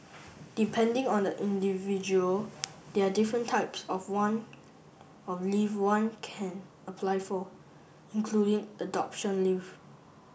depending on the individual there are different types of one of leave one can apply for including adoption leave